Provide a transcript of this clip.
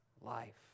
life